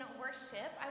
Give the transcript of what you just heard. worship